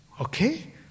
okay